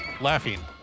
laughing